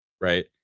right